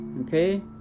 Okay